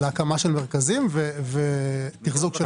זה תקציב להקמה של מרכזים ותחזוק שלהם.